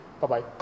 Bye-bye